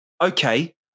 okay